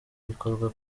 bikorwa